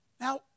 Now